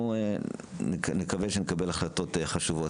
נקווה שנקבל החלטות חשובות.